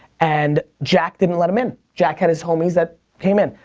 and jack didn't let him in. jack had his homies that came in.